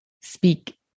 speak